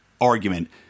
argument